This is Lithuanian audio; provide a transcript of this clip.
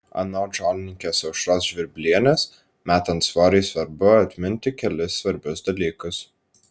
anot žolininkės aušros žvirblienės metant svorį svarbu atminti kelis svarbius dalykus